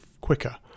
quicker